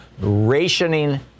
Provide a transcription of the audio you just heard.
rationing